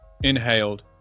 inhaled